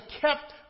kept